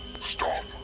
Stop